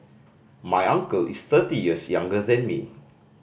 my uncle is thirty years younger than me